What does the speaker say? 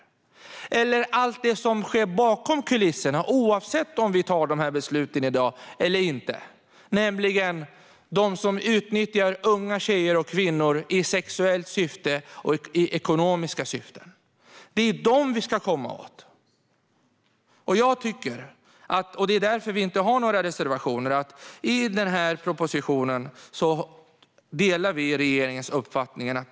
Det handlar också om allt det som sker bakom kulisserna, oavsett om vi tar dessa beslut eller inte, nämligen dem som utnyttjar unga tjejer och kvinnor i sexuella och ekonomiska syften. Det är dem vi ska komma åt. Vi delar regeringens uppfattning i propositionen om att detta kan vara viktiga steg.